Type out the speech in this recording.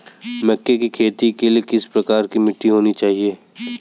मक्के की खेती के लिए किस प्रकार की मिट्टी होनी चाहिए?